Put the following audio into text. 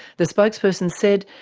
the spokesperson said,